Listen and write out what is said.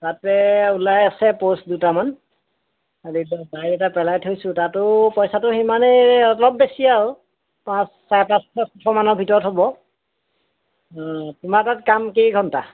তাতে ওলাই আছে প'ষ্ট দুটামান খালি বায়'ডাটা পেলাই থৈছোঁ তাতো পইচাটো সিমানেই অলপ বেছি আৰু পাঁচ চাৰে পাঁচশ ছশমানৰ ভিতৰত হ'ব তোমাৰ তাত কাম কেইঘণ্টা